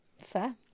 Fair